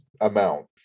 amount